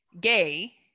gay